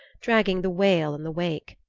dragging the whale in the wake.